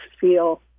feel